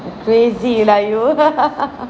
crazy lah you